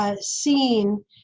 seen